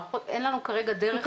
אין לנו כדרך ---.